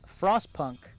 Frostpunk